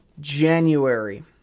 January